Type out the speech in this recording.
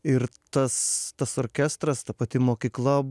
ir tas tas orkestras ta pati mokykla